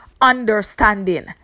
understanding